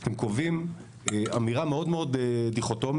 אתם קובעים אמירה מאוד דיכוטומית.